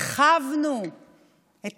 הרחבנו את